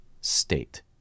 state